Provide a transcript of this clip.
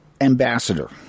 ambassador